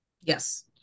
yes